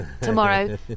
tomorrow